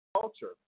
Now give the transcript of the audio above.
culture